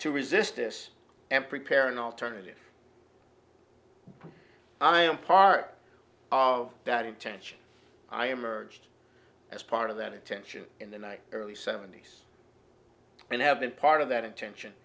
to resist this and prepare an alternative i am part of that intention i emerged as part of that attention in the night early seventy's and have been part of that intention